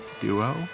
duo